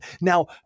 now